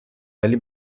ولی